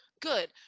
good